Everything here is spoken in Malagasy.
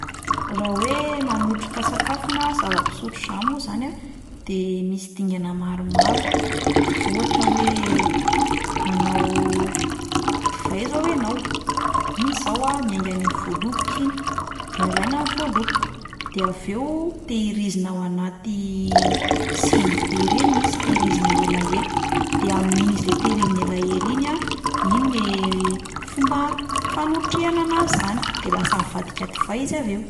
Raha hoe manotrika sakafo na zava-pisotro zany moa zany a, de misy dingana maromaro, ohatra hoe manao divay zao ianao, iny izao a miainga any amin'ny voaloboka iny de alaina ny voaloboka, de avy eo tehirizina ao anaty sinibe ireny izy, tehirizina elaela, de amin'iny izy le tehirizina elaela iny a, iny le fomba fanotrehana anazy 'zany, de lasa mivadika divay izy avy eo.